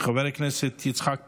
חבר הכנסת יצחק פינדרוס,